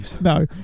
No